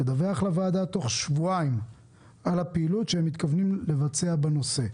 ולדווח לוועדה תוך שבועיים על הפעילות שהם מתכוונים לבצע בנושא.